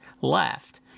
left